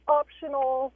optional